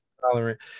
tolerant